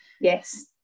Yes